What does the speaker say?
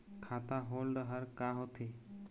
खाता होल्ड हर का होथे?